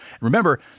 remember